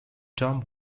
tomb